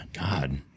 God